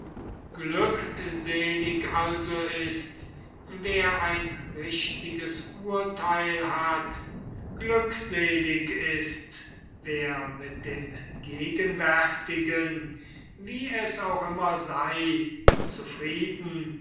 glückselig also ist wer ein richtiges urtheil hat glückselig ist wer mit dem gegenwärtigen wie es auch immer sei zufrieden